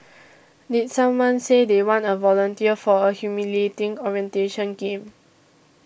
did someone say they want a volunteer for a humiliating orientation game